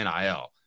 NIL